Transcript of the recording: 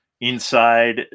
inside